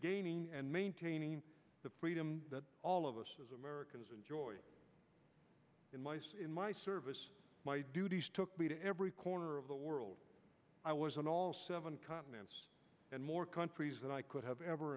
gaining and maintaining the freedom that all of us as americans enjoy in life in my service my duties took me to every corner of the world i was in all seven continents and more countries than i could have ever